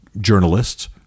journalists